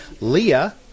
Leah